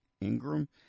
Ingram